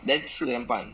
then 吃怎样办